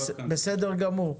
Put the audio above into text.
בסדר גמור.